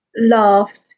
laughed